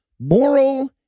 moral